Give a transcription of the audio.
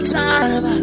time